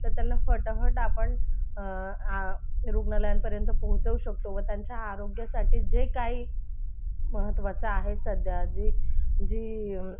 तर त्यांना फटाफट आपण रुग्णालयांपर्यंत पोहोचवू शकतो व त्यांच्या आरोग्यासाठी जे काही महत्त्वाचं आहे सध्या जी जी